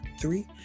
three